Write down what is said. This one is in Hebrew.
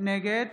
נגד